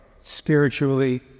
spiritually